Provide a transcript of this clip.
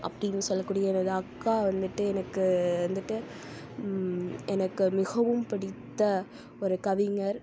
அப்படின்னு சொல்லக்கூடிய எனது அக்கா வந்துட்டு எனக்கு வந்துட்டு எனக்கு மிகவும் பிடித்த ஒரு கவிஞர்